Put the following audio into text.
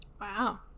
Wow